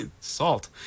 salt